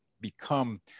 become